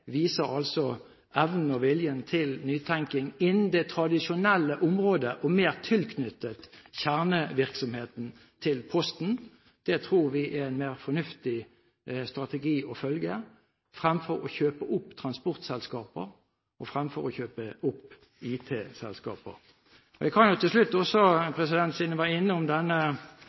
viser evnen og viljen til nytenkning innen det tradisjonelle området, og mer tilknyttet kjernevirksomheten til Posten. Det tror vi er en mer fornuftig strategi å følge fremfor å kjøpe opp transportselskaper og fremfor å kjøpe opp IT-selskaper. Til slutt kan jeg også nevne – siden jeg var innom